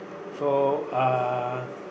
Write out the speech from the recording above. so uh